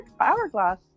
hourglass